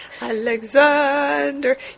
alexander